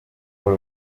paul